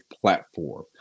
platform